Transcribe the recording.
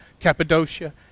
Cappadocia